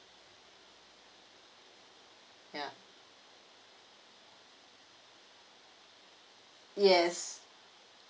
ya yes